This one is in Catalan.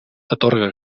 atorga